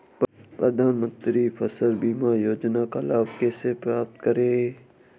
प्रधानमंत्री फसल बीमा योजना का लाभ कैसे प्राप्त करें?